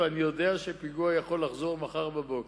ואני יודע שפיגוע יכול לחזור מחר בבוקר.